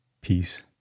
peace